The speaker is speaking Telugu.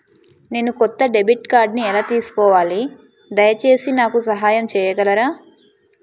నేను కొత్త డెబిట్ కార్డ్ని ఎలా తీసుకోవాలి, దయచేసి నాకు సహాయం చేయగలరా?